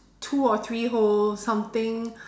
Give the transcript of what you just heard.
two or three holes something